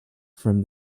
from